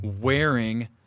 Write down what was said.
wearing